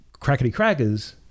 crackety-crackers